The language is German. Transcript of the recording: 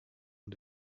und